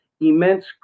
immense